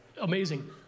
amazing